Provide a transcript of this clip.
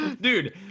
Dude